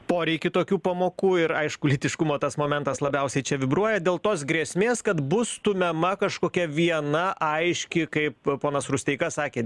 poreikį tokių pamokų ir aišku lytiškumo tas momentas labiausiai čia vibruoja dėl tos grėsmės kad bus stumiama kažkokia viena aiški kaip ponas rusteika sakė